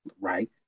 right